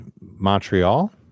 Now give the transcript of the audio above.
Montreal